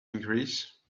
increase